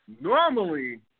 Normally